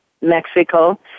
Mexico